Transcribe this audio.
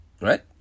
right